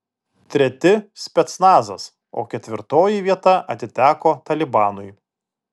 treti specnazas o ketvirtoji vieta atiteko talibanui